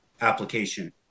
application